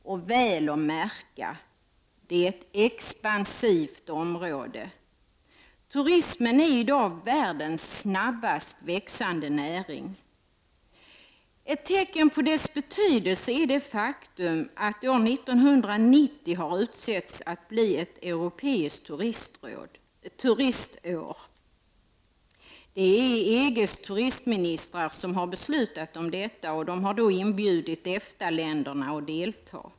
Märk väl att det är ett expansivt område. Turismen är i dag världens snabbast växande näring. Ett tecken på dess betydelse är det faktum att år 1990 har utsetts att bli ett europeiskt turistår. Det är EG:s turistministrar som har beslutat om detta, och de har inbjudit EFTA-länderna att delta.